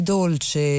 dolce